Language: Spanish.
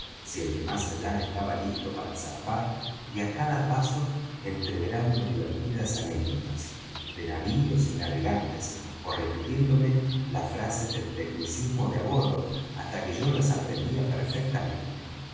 si el de más allá estaba listo para zarpar y á cada paso entreverando divertidas anécdotas de navíos y navegantes ó repitiéndome las frases del tecnicismo de á bordo hasta que yo las aprendía perfectamente